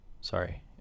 Sorry